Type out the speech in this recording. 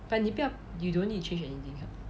but 你不要 you don't need to change anything ha